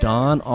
Don